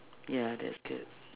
ya that's good